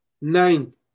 Nine